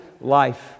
life